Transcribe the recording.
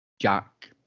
jack